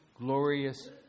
glorious